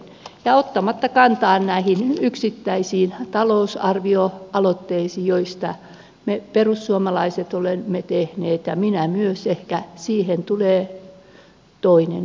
ja en ota kantaa näihin yksittäisiin talousarvioaloitteisiin joita me perussuomalaiset olemme tehneet minä myös mutta toivon että siihen tulee toinen aika